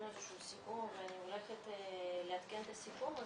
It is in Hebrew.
איזה שהוא סיכום ואני הולכת לעדכן את הסיכום הזה,